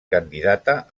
candidata